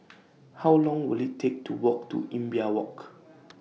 How Long Will IT Take to Walk to Imbiah Walk